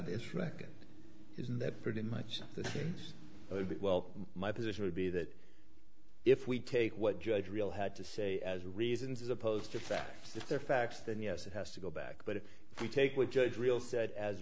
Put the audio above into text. record isn't that pretty much well my position would be that if we take what judge real had to say as reasons as opposed to facts if they're facts then yes it has to go back but if we take what judge real said as